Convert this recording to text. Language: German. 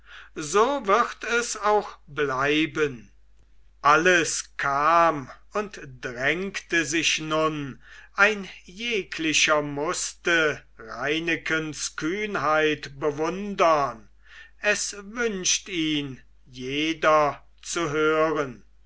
so wird es auch bleiben alles kam und drängte sich nun ein jeglicher mußte reinekens kühnheit bewundern es wünscht ihn jeder zu hören